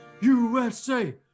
USA